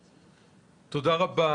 (היו"ר צבי האוזר) תודה רבה.